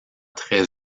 très